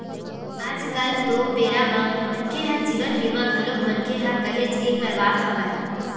आज कल तो बेरा म मनखे ह जीवन बीमा घलोक मनखे ह काहेच के करवात हवय